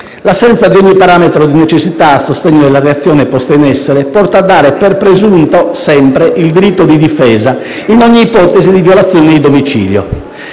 L'assenza di ogni parametro di necessità a sostegno della reazione posta in essere porta a dare sempre per presunto il diritto di difesa in ogni ipotesi di violazione di domicilio